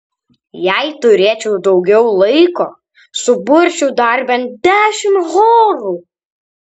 jei turėčiau daugiau laiko suburčiau dar bent dešimt chorų